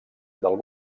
del